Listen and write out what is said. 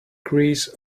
grease